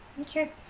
Okay